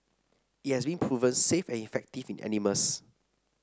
it has been proven safe and effective in animals